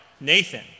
Nathan